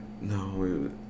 No